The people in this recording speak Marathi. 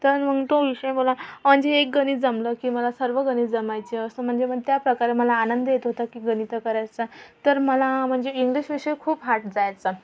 तर मग तो विषय मला म्हणजे एक गणित जमलं की मला सर्व गणित जमायचे असं म्हणजे मग त्याप्रकारे मला आनंद येत होता की गणितं करायचा तर मला म्हणजे इंग्लिश विषय खूप हार्ड जायचा